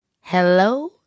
hello